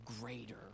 greater